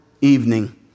evening